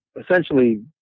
essentially